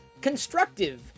constructive